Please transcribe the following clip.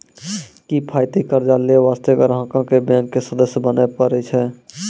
किफायती कर्जा लै बास्ते ग्राहको क बैंक के सदस्य बने परै छै